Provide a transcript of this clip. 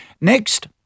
Next